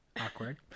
Awkward